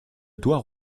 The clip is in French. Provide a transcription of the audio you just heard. doigt